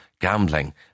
gambling